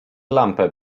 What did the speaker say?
lampę